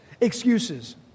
excuses